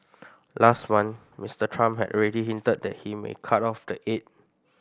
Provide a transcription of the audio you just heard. last month Mister Trump had already hinted that he may cut off the aid